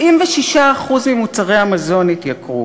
76% ממוצרי המזון התייקרו,